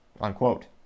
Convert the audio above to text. Unquote